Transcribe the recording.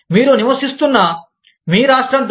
మీరు నివసిస్తున్న మీ రాష్ట్ర చట్టంతో